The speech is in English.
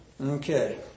Okay